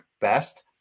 best